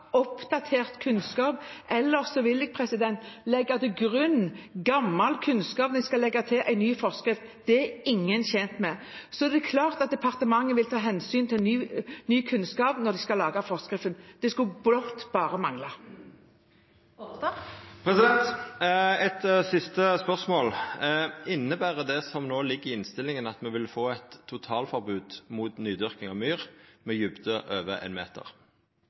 oppdatert kunnskap, ellers ville jeg legge til grunn gammel kunnskap når jeg skal lage en ny forskrift. Det er ingen tjent med. Så det er klart at departementet vil ta hensyn til ny kunnskap når man skal lage forskriften. Det skulle bare mangle. Eit siste spørsmål: Inneber det som no ligg i innstillinga, at me vil få eit totalforbod mot nydyrking av myr med djupn på over ein meter?